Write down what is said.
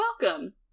welcome